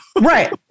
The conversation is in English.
Right